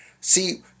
See